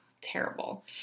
Terrible